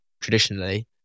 traditionally